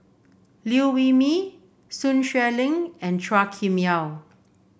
Liew Wee Mee Sun Xueling and Chua Kim Yeow